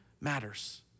matters